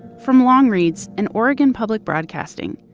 from longreads and oregon public broadcasting,